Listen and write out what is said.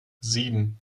sieben